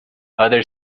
other